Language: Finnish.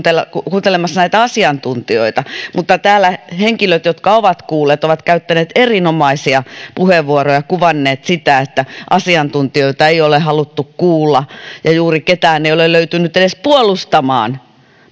kuuntelemassa näitä asiantuntijoita mutta täällä henkilöt jotka ovat kuulleet ovat käyttäneet erinomaisia puheenvuoroja ja kuvanneet sitä että asiantuntijoita ei ole haluttu kuulla ja edes juuri ketään ei ole löytynyt puolustamaan